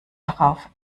darauf